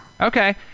Okay